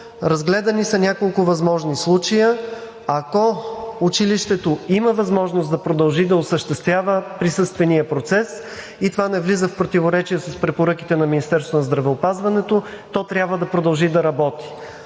Разгледани са няколко възможни случая. Ако училището има възможност да продължи да осъществява присъствения процес, и това не влиза в противоречие с препоръките на Министерството на здравеопазването, то трябва да продължи да работи,